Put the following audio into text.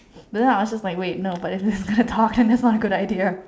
don't know I was just like wait no but if we're gonna talk then that's not a good idea